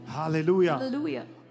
hallelujah